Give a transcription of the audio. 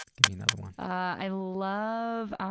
give me another one. i love,